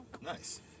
Nice